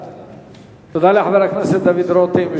תודה לחבר הכנסת דוד רותם,